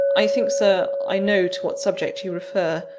i think, sir, i know to what subject you refer.